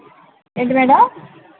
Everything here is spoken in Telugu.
ఏంటి మేడం